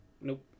Nope